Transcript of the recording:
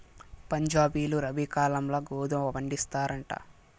పంజాబీలు రబీ కాలంల గోధుమ పండిస్తారంట